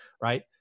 right